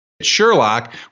Sherlock